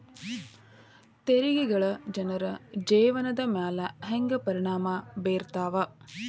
ತೆರಿಗೆಗಳ ಜನರ ಜೇವನದ ಮ್ಯಾಲೆ ಹೆಂಗ ಪರಿಣಾಮ ಬೇರ್ತವ